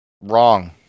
Wrong